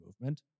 movement